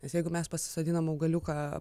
nes jeigu mes pasisodinam augaliuką